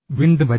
വീണ്ടും വരിക